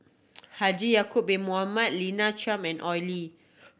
Haji Ya'acob Bin Mohamed Lina Chiam and Oi Lin